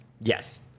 Yes